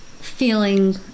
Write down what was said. feeling